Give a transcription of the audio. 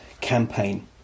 campaign